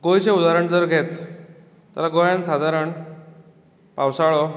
गोंयचें उदारण जर घेत जाल्यार गोंयांत सादारण पावसाळो